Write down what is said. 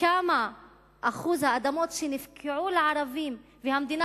מה אחוז האדמות שהופקעו מהערבים והמדינה